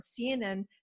CNN